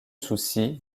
soucis